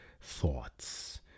thoughts